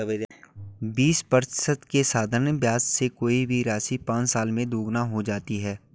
बीस प्रतिशत के साधारण ब्याज से कोई भी राशि पाँच साल में दोगुनी हो जाती है